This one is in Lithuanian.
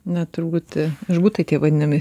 na turbūt žgutai tie vadinami